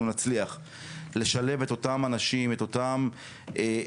נצליח לשלב את אותם אנשים את אותו גיוון,